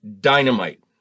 dynamite